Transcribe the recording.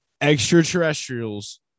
Extraterrestrials